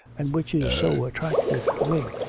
and which is so attractive to me.